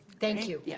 thank you. yeah